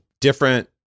different